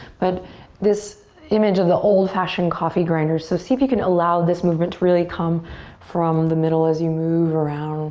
but this image of the old fashioned coffee grinder. so if you can allow this movement really come from the middle as you move around